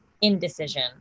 indecision